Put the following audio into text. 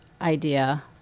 idea